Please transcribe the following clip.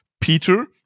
Peter